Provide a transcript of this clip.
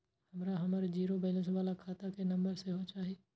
हमरा हमर zero balance बाला खाता के नम्बर सेहो चाही